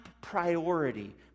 priority